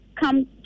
come